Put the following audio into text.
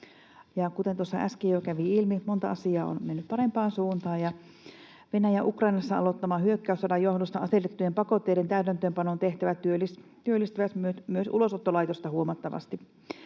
tuossa äsken jo kävi ilmi, monta asiaa on mennyt parempaan suuntaan. Venäjän Ukrainassa aloittaman hyökkäyssodan johdosta asetettujen pakotteiden täytäntöönpanon tehtävät työllistävät myös Ulosottolaitosta huomattavasti.